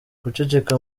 guceceka